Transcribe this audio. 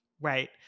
right